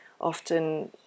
often